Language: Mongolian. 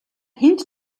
хэнд